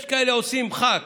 יש כאלה שעושים "מחק".